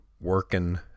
working